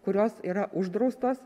kurios yra uždraustos